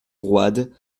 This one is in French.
roide